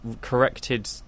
corrected